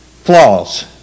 Flaws